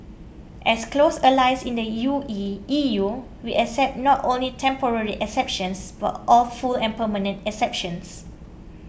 as close allies in the U E E U we expect not only temporary exemptions but a full and permanent exemptions